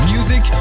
Music